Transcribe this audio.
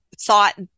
thought